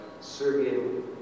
Serbian